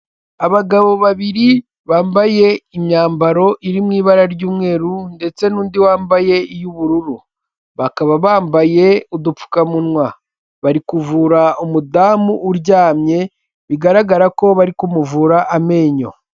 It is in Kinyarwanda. Abagabo babiri bambaye imyambaro iri mu ibara ry'umweru ndetse n'undi wambaye iy'ubururu bakaba bambaye udupfukamunwa bari kuvura umudamu uryamye bigaragara ko bari kumuvura amenyo.